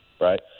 right